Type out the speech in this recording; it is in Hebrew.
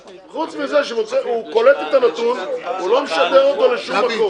הוא קולט את הנתון, הוא לא משדר אותו לשום מקום.